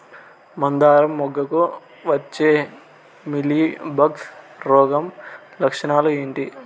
మందారం మొగ్గకు వచ్చే మీలీ బగ్స్ రోగం లక్షణాలు ఏంటి?